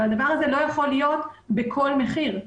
הדבר הזה לא יכול להיות בכל מחיר.